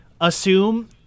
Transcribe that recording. assume